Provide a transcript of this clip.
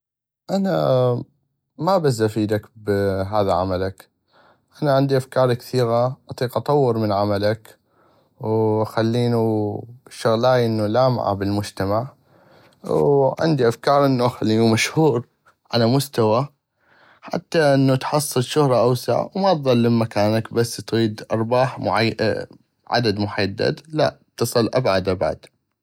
انا ما بس افيدك بهذا عملك انا عندي افكار كثيغة اطيق اطور من عملك واخلينو شغلاي انو لامعة بل المجتمع وعندي افكار انو اخلينو مشهور على مستوى حتى انو تحصل شهرة اوسع وما تظل بمكانك بس اتغيد ارباح معي عدد محدد لا تصل ابعد ابعد.